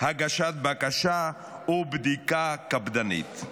הגשת בקשה ובדיקה קפדנית.